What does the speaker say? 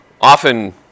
often